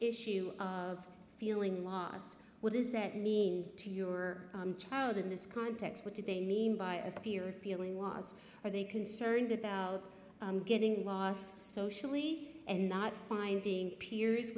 issue of feeling lost what does that mean to your child in this context what did they mean by a peer feeling was are they concerned about getting lost socially and not finding peers